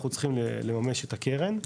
אנחנו צריכים לממש את הקרן.